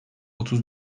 otuz